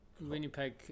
Winnipeg